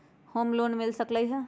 Home loan मिल सकलइ ह?